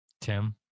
tim